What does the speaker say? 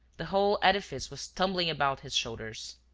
the whole edifice was tumbling about his shoulders.